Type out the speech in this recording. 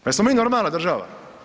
Jesmo mi normalna država?